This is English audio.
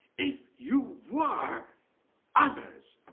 if you were others,